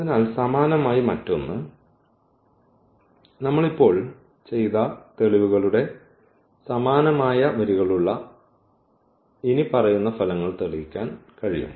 അതിനാൽ സമാനമായി മറ്റൊന്ന് നമ്മൾ ഇപ്പോൾ ചെയ്ത തെളിവുകളുടെ സമാനമായ വരികളുള്ള ഈ ഇനിപ്പറയുന്ന ഫലങ്ങൾ തെളിയിക്കാൻ കഴിയും